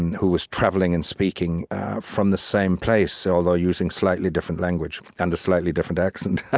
who was travelling and speaking from the same place, although using slightly different language and a slightly different accent,